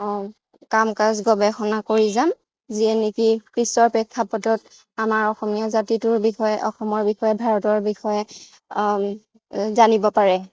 কাম কাজ গৱেষণা কৰি যাম যিয়ে নেকি পিছৰ প্ৰেক্ষাপটত আমাৰ অসমীয়া জাতিটোৰ বিষয়ে অসমৰ বিষয়ে ভাৰতৰ বিষয়ে জানিব পাৰে